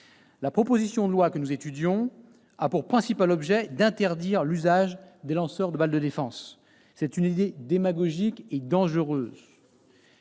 La proposition de loi que nous examinons a pour principal objet d'interdire l'usage des lanceurs de balles de défense. Il s'agit d'une idée démagogique et dangereuse.